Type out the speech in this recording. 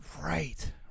Right